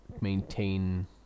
maintain